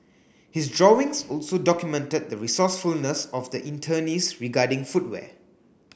his drawings also documented the resourcefulness of the internees regarding footwear